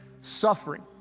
suffering